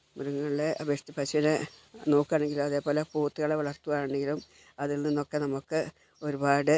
മൃഗങ്ങളെ ഫസ്റ്റ് പശൂനെ നോക്കുവാണെങ്കിൽ അതേപോലെ പോത്തുകളെ വളർത്തുവാണെങ്കിലും അതിൽ നിന്നൊക്കെ നമുക്ക് ഒരുപാട്